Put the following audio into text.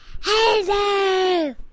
Hello